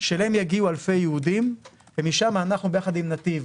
שאליהם יגיעו אלפי יהודים ומשם נתיב